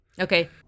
Okay